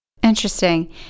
Interesting